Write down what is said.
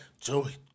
Joey